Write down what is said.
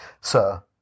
sir